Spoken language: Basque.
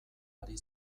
ari